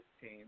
team